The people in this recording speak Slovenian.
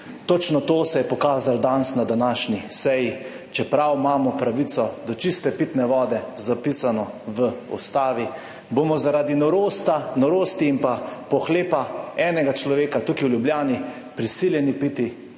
Točno to se je pokazalo danes na današnji seji, čeprav imamo pravico do čiste pitne vode zapisano v Ustavi, bomo zaradi norosti in pa pohlepa enega človeka tukaj v Ljubljani prisiljeni piti